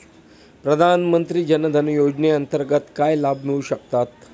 प्रधानमंत्री जनधन योजनेअंतर्गत काय लाभ मिळू शकतात?